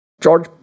George